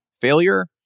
failure